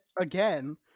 again